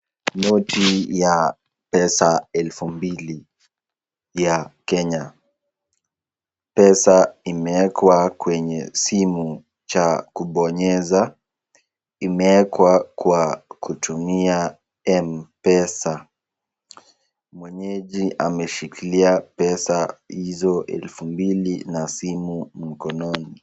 Noti ya pesa elfu mbili ya Kenya ,pesa imeekwa kwenye simu cha kubonyeza , imeekwa kwa kutumia mpesa ,mwenyeji ameshikilia pesa hizo elfu mbili na simu mkononi.